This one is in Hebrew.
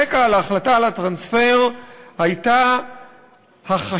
הרקע להחלטה על הטרנספר היה החשש,